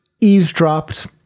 eavesdropped